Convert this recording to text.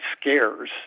scares